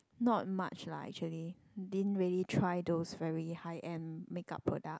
not much lah actually din really try those very high end makeup product